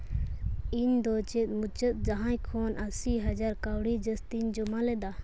ᱤᱧᱫᱚ ᱪᱮᱫ ᱢᱩᱪᱟᱹᱫ ᱡᱟᱦᱟᱸᱭ ᱠᱷᱚᱱ ᱟᱹᱥᱤ ᱦᱟᱡᱟᱨ ᱠᱟᱹᱣᱰᱤ ᱡᱟᱹᱥᱛᱤᱧ ᱡᱚᱢᱟ ᱞᱮᱫᱟ